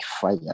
fire